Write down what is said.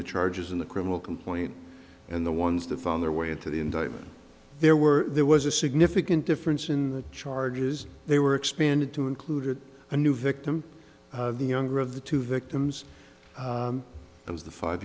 the charges in the criminal complaint and the ones that found their way into the indictment there were there was a significant difference in the charges they were expanded to include it a new victim the younger of the two victims it was the five